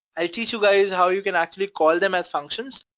i'll teach you guys how you can actually call them as functions,